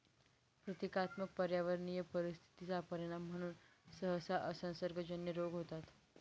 प्रतीकात्मक पर्यावरणीय परिस्थिती चा परिणाम म्हणून सहसा असंसर्गजन्य रोग होतात